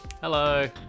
Hello